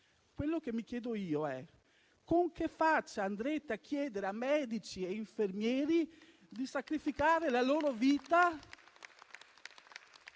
quello che mi chiedo io è: con che faccia andrete a chiedere a medici e infermieri di sacrificare la loro vita